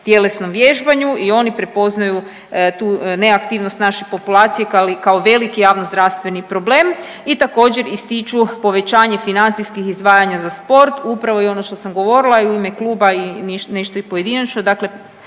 tjelesnom vježbanju i oni prepoznaju tu neaktivnost naše populacije kao velik javnozdravstveni problem i također ističu povećanje financijskih izdvajanja za sport. Upravo i ono što sam govorila i u ime kluba i nešto i pojedinačno,